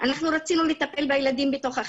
מה שמאוד מקשה על האוכלוסייה.